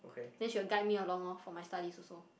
then she will guide me along orh for my studies also